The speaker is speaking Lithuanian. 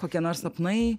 kokie nors sapnai